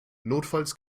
notfalls